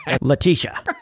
Letitia